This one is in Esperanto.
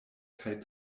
kaj